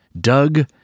doug